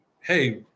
hey